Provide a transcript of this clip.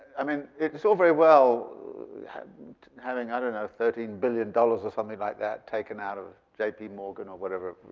i mean it's all very well having i don't know thirteen billion dollars or something like that taken out of j p. morgan or whatever,